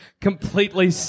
completely